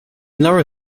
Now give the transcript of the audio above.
lower